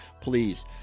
Please